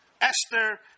Esther